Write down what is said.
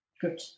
Good